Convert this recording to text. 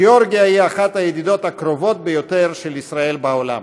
גיאורגיה היא אחת הידידות הקרובות ביותר של ישראל בעולם.